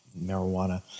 marijuana